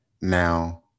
Now